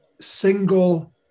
single